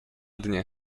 dnie